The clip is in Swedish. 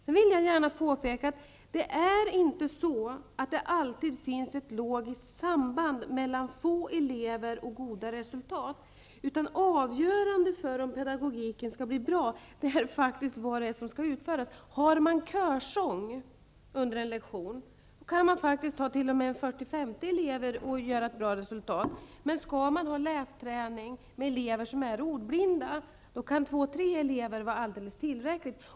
Jag vill även gärna påpeka att det inte är så att ett logiskt samband mellan få elever och goda resultat alltid finns. Det som är avgörande för om pedagogiken skall bli bra är vad som skall utföras. Om man har körsång under en lektion, kan man faktiskt ha t.o.m. 40--50 elever och åtstadkomma ett bra resultat, men om man har lästräning med elever som är ordblinda kan två tre elever vara alldeles tillräckligt.